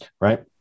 Right